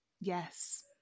Yes